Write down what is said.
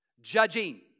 Judging